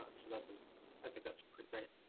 so that's um i think that's pretty great.